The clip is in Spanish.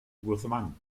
guzmán